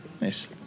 Nice